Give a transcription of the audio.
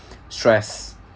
stress